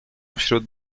wśród